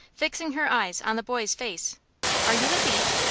fixing her eyes on the boy's face are you a thief?